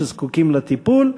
שזקוקים לטיפול,